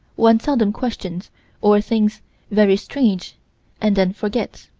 one seldom questions or thinks very strange and then forgets.